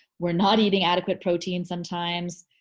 we're not eating adequate protein sometimes.